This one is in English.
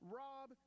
rob